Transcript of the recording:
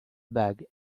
bag